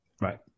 Right